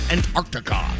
Antarctica